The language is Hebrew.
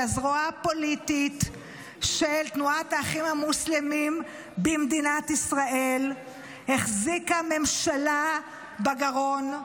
הזרוע הפוליטית של תנועת האחים המוסלמים במדינת ישראל החזיקה ממשלה בגרון.